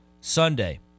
Sunday